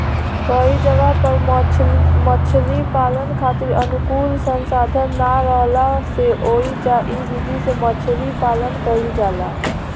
कई जगह पर मछरी पालन खातिर अनुकूल संसाधन ना राहला से ओइजा इ विधि से मछरी पालन कईल जाला